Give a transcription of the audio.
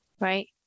right